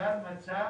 נוצר מצב